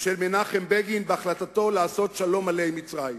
של מנחם בגין בהחלטתו לעשות שלום מלא עם מצרים.